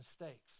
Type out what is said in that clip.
mistakes